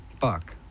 Buck